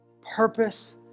purpose